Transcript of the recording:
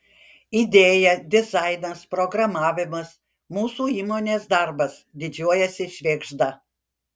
idėja dizainas programavimas mūsų įmonės darbas didžiuojasi švėgžda